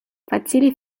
facile